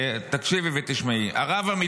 למה?